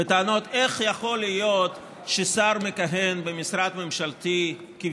וטענות איך יכול להיות ששר מכהן במשרד ממשלתי קטן,